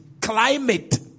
climate